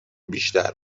بیشتر